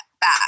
back